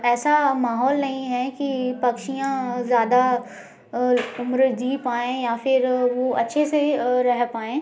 ऐसा माहौल नहीं है कि पक्षियाँ ज्यादा उम्र जी पाएँ या फिर वो अच्छे से रह पाएँ